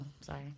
sorry